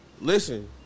listen